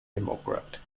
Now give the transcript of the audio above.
democrat